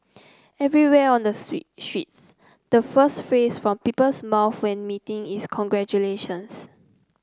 everywhere on the streets the first phrase from people's mouths when meeting is congratulations